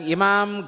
Imam